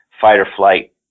fight-or-flight